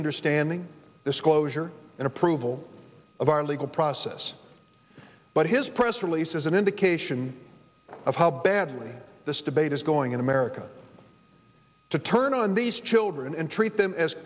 understanding disclosure and approval of our legal process but his press release is an indication of how badly this debate is going in america to turn on these children and treat them as